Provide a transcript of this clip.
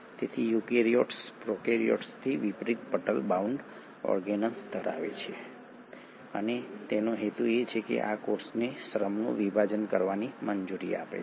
તેથી યુકેરીયોટ્સ પ્રોકેરીયોટ્સથી વિપરીત પટલ બાઉન્ડ ઓર્ગેનેલ્સ ધરાવે છે અને હેતુ એ છે કે આ કોષને શ્રમનું વિભાજન કરવાની મંજૂરી આપે છે